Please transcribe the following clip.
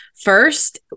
First